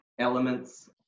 elements